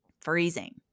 freezing